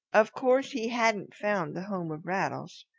of course he hadn't found the home of rattles.